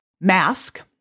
mask